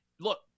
look